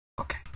okay